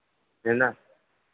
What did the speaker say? है ना